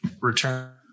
Return